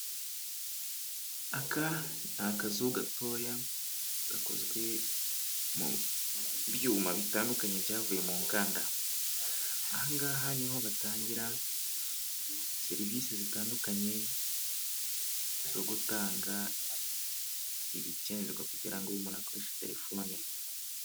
Aka ni akazu gatoya gakozwe mu byuma bitandukanye byavuye mu nganda aha ngaha niho batangira serivisi zitandukanye zo gutanga ibikenerwa kugira ngo umuntu akoreshe telefoni.